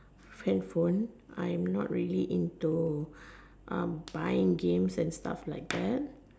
hand phone I am not really into buying games and stuff like that